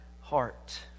heart